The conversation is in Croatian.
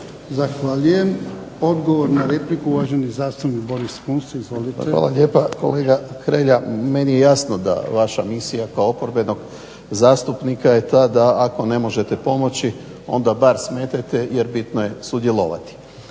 Zahvaljujem. Odgovor na repliku uvaženi zastupnik Boris Kunst. Izvolite. **Kunst, Boris (HDZ)** Hvala lijepa. Kolega Hrelja, meni je jasno da je vaša misija kao oporbenog zastupnika je ta da ako ne možete pomoći onda bar smetete jer bitno je sudjelovati.